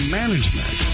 management